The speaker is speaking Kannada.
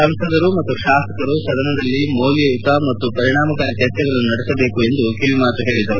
ಸಂಸದರು ಮತ್ತು ಶಾಸಕರು ಸದನದಲ್ಲಿ ಮೌಲ್ಯಯುತ ಮತ್ತು ಪರಿಣಾಮಕಾರಿ ಚರ್ಚೆಗಳನ್ನು ನಡೆಸಬೇಕು ಎಂದು ಹೇಳಿದರು